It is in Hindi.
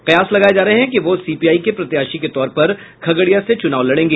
कयास लगाये जा रहे हैं कि वह सीपीआई के प्रत्याशी के तौर पर खगड़िया से चुनाव लड़ेंगी